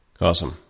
Awesome